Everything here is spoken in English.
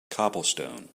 cobblestone